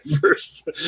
first